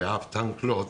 ואף טנק לא עוצר.